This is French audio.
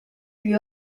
lui